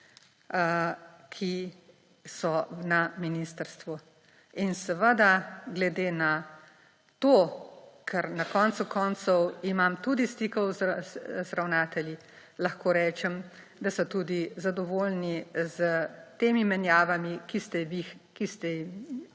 ki so na ministrstvu. In seveda glede na to, kar na koncu koncev imam tudi stikov z ravnatelji, lahko rečem, da so tudi zadovoljni s temi menjavami, ki ste jih vi